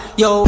yo